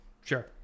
sure